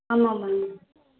ஆமாம் மேம்